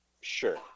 Sure